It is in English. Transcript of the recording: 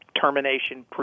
termination